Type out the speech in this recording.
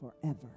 forever